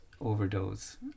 overdose